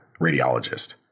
radiologist